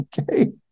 Okay